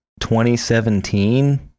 2017